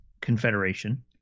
Confederation